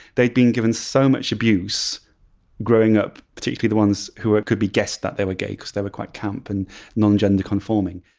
they'd been given so much abuse growing up, particularly the ones who could be guessed that they were gay because they were quite camp and non-gender-conforming.